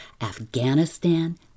Afghanistan